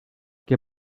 que